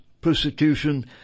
persecution